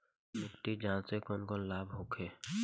मिट्टी जाँच से कौन कौनलाभ होखे?